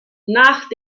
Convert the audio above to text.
nach